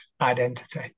identity